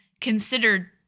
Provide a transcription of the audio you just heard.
considered